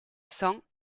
cent